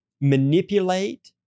manipulate